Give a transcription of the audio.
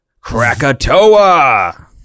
Krakatoa